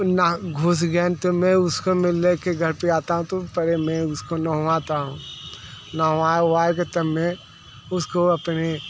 ना घुस गया तो मैं उसको मिलने के घर पर आता हूँ तू पहले मैं उसको नहलाता हूँ नहला वेहला के तब मैं उसको अपने